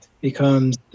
becomes